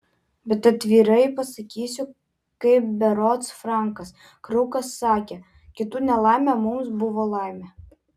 bet atvirai pasakysiu kaip berods frankas krukas sakė kitų nelaimė mums buvo laimė